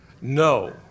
No